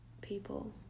people